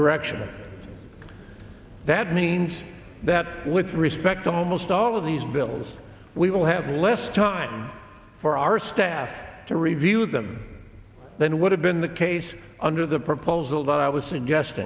direction that means that let's respect almost all of these bills we will have less time for our staff to review them than would have been the case under the proposal that i was suggest